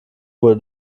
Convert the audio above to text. wurde